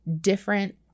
different